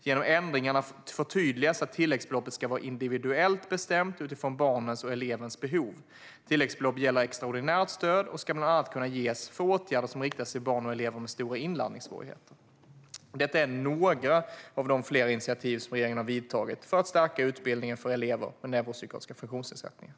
Genom ändringarna förtydligas att tilläggsbeloppet ska vara individuellt bestämt utifrån barnets och elevens behov. Tilläggsbelopp gäller extraordinärt stöd och ska kunna ges bland annat för åtgärder som riktas till barn och elever med stora inlärningssvårigheter. Detta är några av de initiativ som regeringen har tagit för att stärka utbildningen för elever med neuropsykiatriska funktionsnedsättningar.